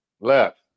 Left